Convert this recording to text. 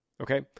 Okay